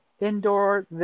indoor